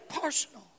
personal